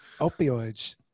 opioids